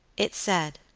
it said